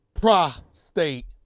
Prostate